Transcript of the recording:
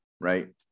right